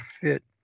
fit